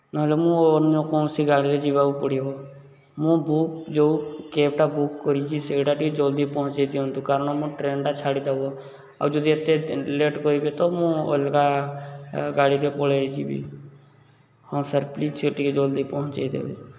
ନହେଲେ ମୁଁ ଅନ୍ୟ କୌଣସି ଗାଡ଼ିରେ ଯିବାକୁ ପଡ଼ିବ ମୁଁ ବୁକ୍ ଯେଉଁ କ୍ୟାବ୍ଟା ବୁକ୍ କରଛି ସେଇଟା ଟିକିଏ ଜଲ୍ଦି ପହଞ୍ଚାଇ ଦିଅନ୍ତୁ କାରଣ ମୋ ଟ୍ରେନ୍ଟା ଛାଡ଼ିଦେବ ଆଉ ଯଦି ଏତେ ଲେଟ୍ କରିବେ ତ ମୁଁ ଅଲଗା ଗାଡ଼ିରେ ପଳାଇଯିବି ହଁ ସାର୍ ପ୍ଲିଜ୍ ସେ ଟିକିଏ ଜଲ୍ଦି ପହଞ୍ଚାଇଦେବେ